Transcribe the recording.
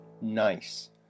Nice